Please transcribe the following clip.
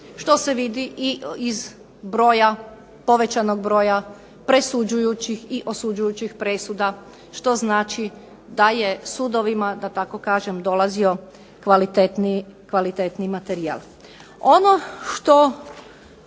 što se vidi i iz broja, povećanog broja presuđujućih i osuđujućih presuda što znači da je sudovima da tako kažem dolazio kvalitetniji materijal. Ono što